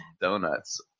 donuts